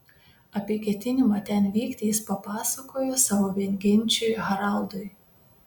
apie ketinimą ten vykti jis papasakojo savo viengenčiui haraldui